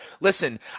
Listen